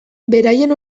beraien